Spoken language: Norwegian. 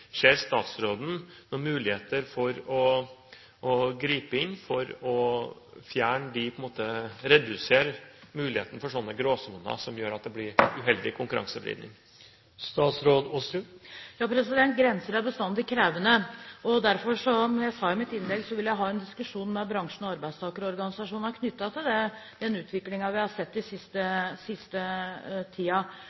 Ser statsråden noen muligheter for å gripe inn for å redusere muligheten for sånne gråsoner som gjør at det blir uheldig konkurransevridning? Grenser er bestandig krevende, og som jeg sa i mitt innlegg, vil jeg derfor ha en diskusjon med bransjen og arbeidstakerorganisasjonene knyttet til den utviklingen vi har sett den siste